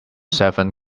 seven